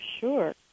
sure